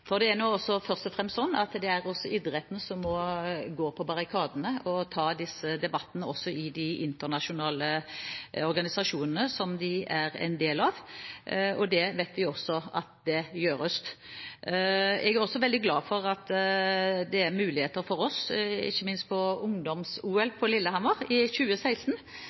Det er først og fremst sånn at det er idretten som må gå på barrikadene og ta disse debattene, også i de internasjonale organisasjonene som de er en del av. Det vet vi også gjøres. Jeg er også veldig glad for at det er muligheter for oss. Ikke minst gjennom Ungdoms-OL på Lillehammer i 2016